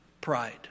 pride